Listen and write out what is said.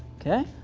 okay.